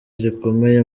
zikomeye